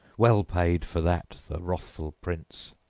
well paid for that the wrathful prince!